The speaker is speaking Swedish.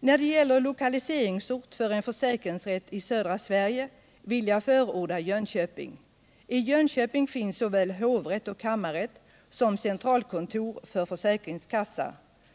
”När det gäller lokaliseringsort för en försäkringsrätt i södra Sverige vill jag förorda Jönköping. I Jönköping finns såväl hovrätt och kammarrätt som centralkontor för försäkringskassa.